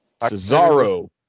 Cesaro